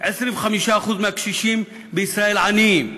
25% מהקשישים בישראל עניים,